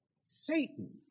Satan